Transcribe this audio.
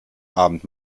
abend